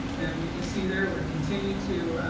and you can see there we're continue to